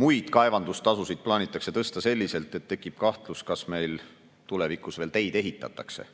muid kaevandustasusid plaanitakse tõsta selliselt, et tekib kahtlus, kas meil tulevikus veel teid ehitatakse.